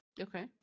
Okay